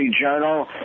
Journal